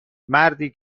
مردی